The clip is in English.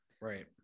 Right